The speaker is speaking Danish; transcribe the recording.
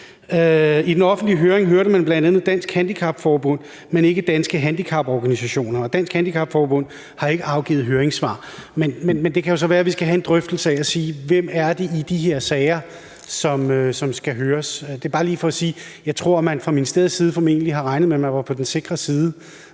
I den offentlige høring hørte man bl.a. Dansk Handicap Forbund, men ikke Danske Handicaporganisationer. Og Dansk Handicap Forbund har ikke afgivet høringssvar. Men det kan så være, at vi skal have en drøftelse af, hvem det er, der skal høres i de her sager. Det er bare lige for at sige, at jeg tror, man fra ministeriets side formentlig har regnet med, at man var på den sikre side,